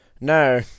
No